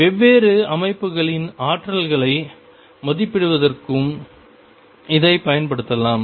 வெவ்வேறு அமைப்புகளின் ஆற்றல்களை மதிப்பிடுவதற்கும் இதைப் பயன்படுத்தலாம்